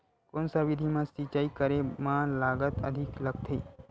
कोन सा विधि म सिंचाई करे म लागत अधिक लगथे?